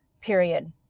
period